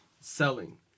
selling